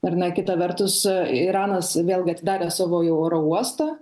ar ne kita vertus iranas vėlgi atidarė savo jau oro uostą